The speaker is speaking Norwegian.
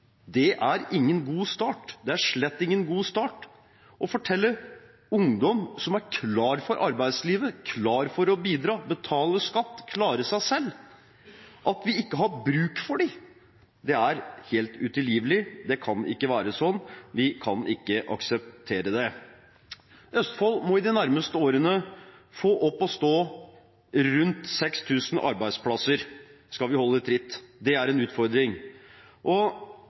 Det er ingen god start. Det er slett ingen god start å fortelle ungdom som er klar for arbeidslivet, klar for å bidra, betale skatt, klare seg selv, at vi ikke har bruk for dem. Det er utilgivelig. Det kan ikke være sånn. Vi kan ikke akseptere det. Østfold må de nærmeste årene få opp å stå rundt 6 000 arbeidsplasser hvis vi skal holde tritt. Det er en utfordring.